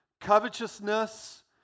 covetousness